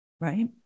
right